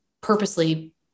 purposely